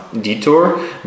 detour